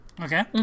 Okay